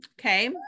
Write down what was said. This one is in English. Okay